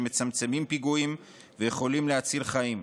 שמצמצמים פיגועים ויכולים להציל חיים.